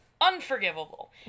Unforgivable